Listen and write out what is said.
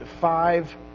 five